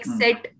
set